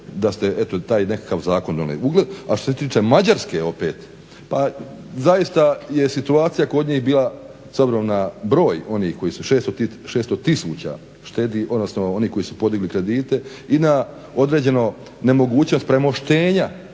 da ste eto taj nekakav zakon donijeli. A što se tiče Mađarske opet pa zaista je situacija kod njih bila s obzirom na broj onih koji su, 600 000 onih koji su podigli kredite i na određeno nemogućnost premoštenja